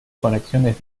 conexiones